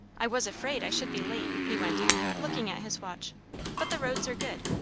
i was afraid i should be late, he went on, looking at his watch but the roads are good.